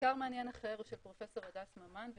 מחקר מעניין אחר הוא של פרופ' הדס ממן ופרופ'